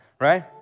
Right